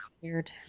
weird